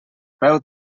peu